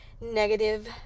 negative